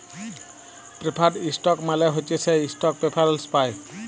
preferred stock মালে হছে সে ইস্টক প্রেফারেল্স পায়